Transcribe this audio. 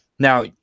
Now